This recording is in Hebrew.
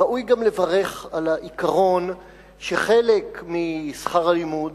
ראוי גם לברך על העיקרון שחלק משכר הלימוד